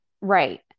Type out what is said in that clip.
Right